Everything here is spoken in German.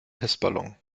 testballon